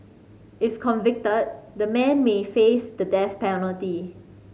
if convicted the men may face the death penalty